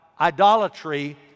idolatry